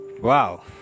Wow